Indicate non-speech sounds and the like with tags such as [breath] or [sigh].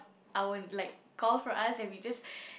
our like call for us and we just [breath]